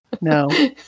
No